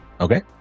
okay